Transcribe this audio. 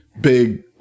big